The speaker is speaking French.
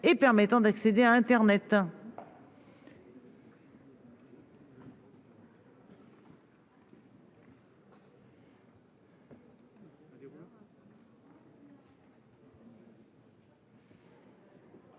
et permettant d'accéder à internet